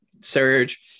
surge